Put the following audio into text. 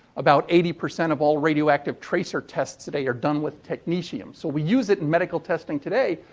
about eighty percent of all radioactive tracer tests today are done with technetium. so, we use it in medical testing today.